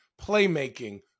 playmaking